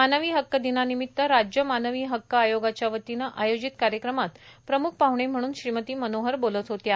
मानवी हक्क दिनानिमित्त राज्य मानवी हक्क आयोगाच्यावतीनं आयोजित कार्यक्रमात प्रमुख पाहणे म्हणून श्रीमती मनोहर बोलत होत्या